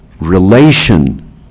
relation